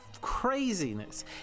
craziness